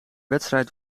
wedstrijd